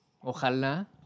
ojalá